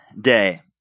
day